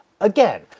Again